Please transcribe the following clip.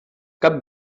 cap